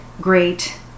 great